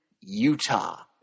Utah